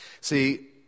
See